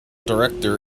director